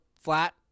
flat